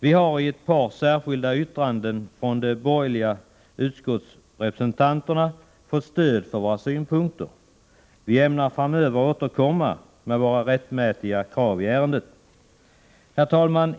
Vi har i ett par särskilda yttranden från de borgerliga utskottsrepresentanterna fått stöd för våra synpunkter. Vi ämnar framöver återkomma med våra rättmätiga krav i ärendet. Herr talman!